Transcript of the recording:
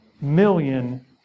million